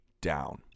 down